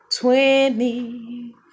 twenty